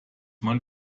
man